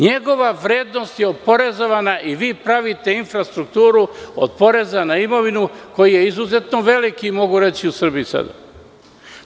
Njegova vrednost je oporezovana i vi pravite infrastrukturu od poreza na imovinu koji izuzetno veliki mogu reći u Srbiji izuzetno velik.